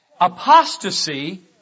Apostasy